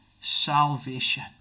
salvation